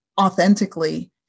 authentically